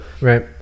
right